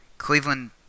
Cleveland